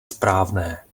správné